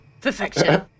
Perfection